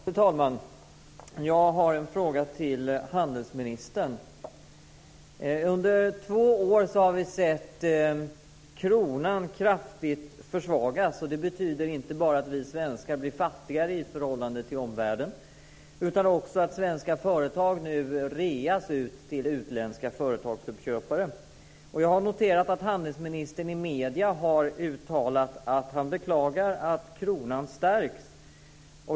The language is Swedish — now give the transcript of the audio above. Fru talman! Jag har en fråga till handelsministern. Under två år har vi sett att kronan har kraftigt försvagats. Det betyder inte bara att vi svenskar blir fattigare i förhållande till omvärlden utan också att svenska företag nu reas ut till utländska företagsuppköpare. Jag har noterat att handelsministern i medierna har uttalat att han beklagar att kronan stärks.